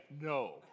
no